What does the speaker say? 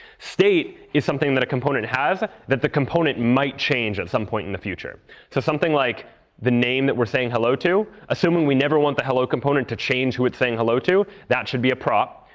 state is something that a component has that the component might change at some point in the future. so something like the name that we're saying hello to, assuming we never want the hello component to change who is saying hello to, that should be a prop.